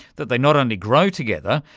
that they not only grow together,